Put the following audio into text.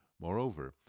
Moreover